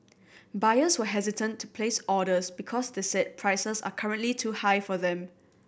buyers were hesitant to place orders because they said prices are currently too high for them